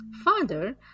Father